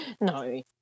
No